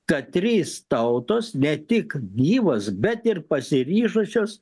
kad trys tautos ne tik gyvos bet ir pasiryžusios